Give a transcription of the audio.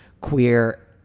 queer